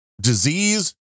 disease